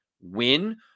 win